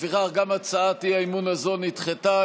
לפיכך, גם הצעת האי-אמון הזאת נדחתה.